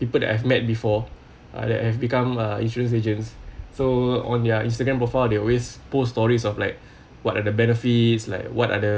people that I've met before have have become a insurance agents so on their instagram profile they always post stories of like what are the benefits like what are the